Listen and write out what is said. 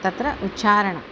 तत्र उच्छारण